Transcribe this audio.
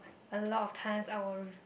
a lot of times I will